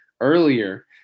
earlier